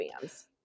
bands